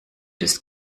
des